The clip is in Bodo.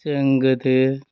जों गोदो